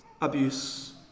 abuse